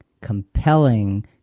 compelling